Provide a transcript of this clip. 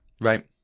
Right